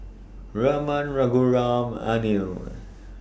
Raman Raghuram Anil